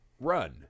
run